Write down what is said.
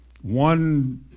one